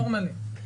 פטור מלא,